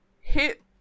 hit